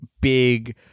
big